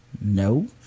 No